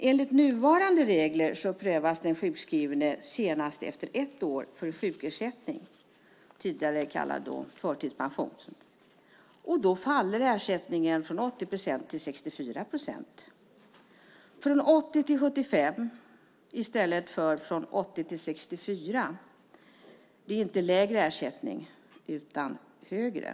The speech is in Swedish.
Enligt nuvarande regler prövas den sjukskrivne senast efter ett år för sjukersättning, tidigare kallad förtidspension, och då faller ersättningen från 80 procent till 64 procent. Från 80 till 75 i stället för från 80 till 64 - det är inte lägre ersättning utan högre.